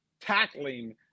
tackling